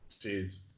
Jeez